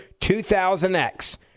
2000X